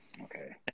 Okay